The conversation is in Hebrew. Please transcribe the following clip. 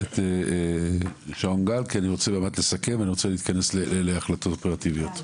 כי אני רוצה לסכם ולהתכנס להחלטות אופרטיביות.